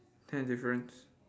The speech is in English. tenth difference